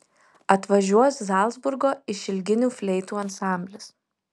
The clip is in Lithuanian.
atvažiuos zalcburgo išilginių fleitų ansamblis